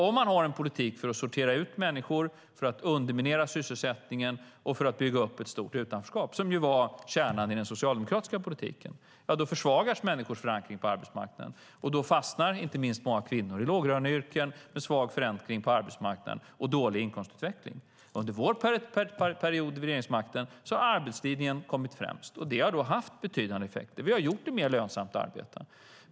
Om man har en politik för att sortera ut människor, för att underminera sysselsättningen och för att bygga upp ett stort utanförskap, som ju var kärnan i den socialdemokratiska politiken, försvagas människors förankring på arbetsmarknaden. Då fastnar inte minst många kvinnor i låglöneyrken med svag förankring på arbetsmarknaden och dålig inkomstutveckling. Under vår period vid regeringsmakten har arbetslinjen kommit främst. Det har haft betydande effekter. Vi har gjort det mer lönsamt att arbeta.